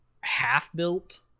half-built